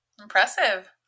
Impressive